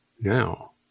Now